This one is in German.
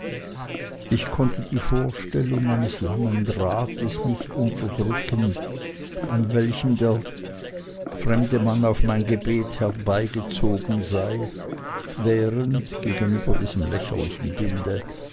ich konnte die vorstellung eines langen drahtes nicht unterdrücken an welchem der fremde mann auf mein gebet herbeigezogen sei während gegenüber diesem lächerlichen bilde